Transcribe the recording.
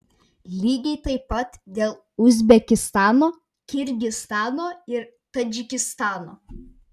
lygiai taip pat dėl uzbekistano kirgizstano ir tadžikistano